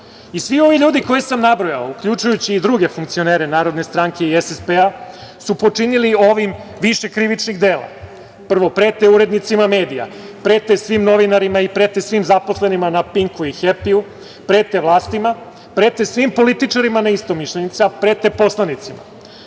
Svi ovi ljudi koje sam nabrojao, uključujući i druge funkcionere Narodne stranke i SSP su počinili ovim više krivičnih dela. Prvo prete urednicima medija, prete svim novinarima i prete svim zaposlenima na „Pinku“ i „Hepiju“, prete vlastima, prete svim političarima neistomišljenicima, prete poslanicima.